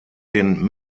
den